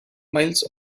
miles